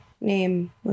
name